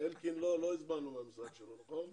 לא הזמנו מהמשרד של אלקין, נכון?